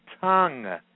tongue